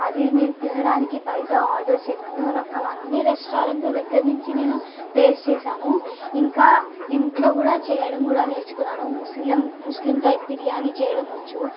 అది నేను తినడానికి బయట ఆర్డర్ ఎన్నో రకాల అన్నీ రెస్టారెంట్ల దగ్గర నుంచి నేను టేస్ట్ చేసాను ఇంకా ఇంట్లో కూడా చేయడం కూడా నేర్చుకున్నాను ముసలిం ముస్లిం టైప్ బిర్యానీ చేయడం వచ్చు